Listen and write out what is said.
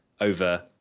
over